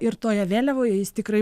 ir toje vėliavoje jis tikrai